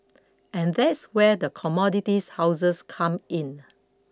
and that's where the commodities houses come in